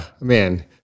man